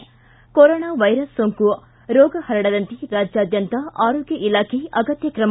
ಿ corona virus ಸೋಂಕು ರೋಗ ಹರಡದಂತೆ ರಾಜ್ಯಾದ್ಯಂತ ಆರೋಗ್ಯ ಇಲಾಖೆ ಅಗತ್ಯ ಕ್ರಮ